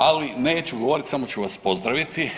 ali neću govoriti, samo ću vas pozdraviti.